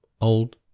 old